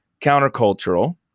countercultural